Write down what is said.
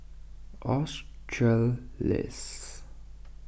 australis